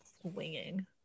swinging